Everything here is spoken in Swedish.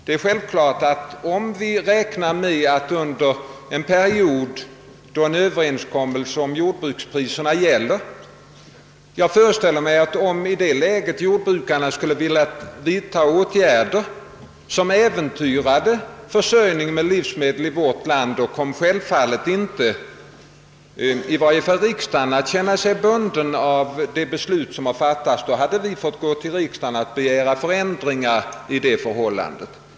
Om jordbrukarna skulle vilja vidta åtgärder som äventyrade försörjningen med livsmedel i vårt land under en period då en överenskommelse om jordbrukspriserna är i kraft, skulle självfallet inte riksdagen känna sig bunden av de beslut som fattats. Då skulle vi alltså få gå till riksdagen och begära förändringar av rådande förhållanden.